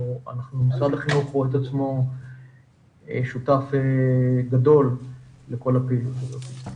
משרד החינוך רואה את עצמו שותף גדול לכל הפעילות הזאת.